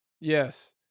Yes